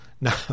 Now